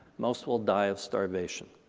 most will die of starvation.